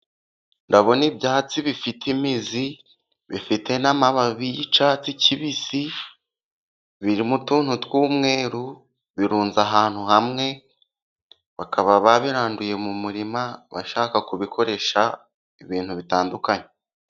Ndabona ibyatsi bifite imizi bifite n'amababi y'icyatsi kibisi biri mu tuntu tw'umweru, birunze ahantu hamwe bakaba babiranduye mu murima bashaka kubikoresha ibintu bitandukanye.